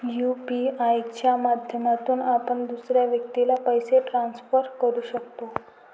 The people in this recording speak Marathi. यू.पी.आय च्या माध्यमातून आपण दुसऱ्या व्यक्तीला पैसे ट्रान्सफर करू शकतो